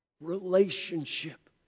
relationship